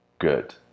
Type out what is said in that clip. Good